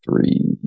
three